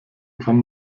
kann